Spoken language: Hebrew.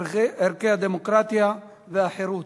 ערכי הדמוקרטיה והחירות.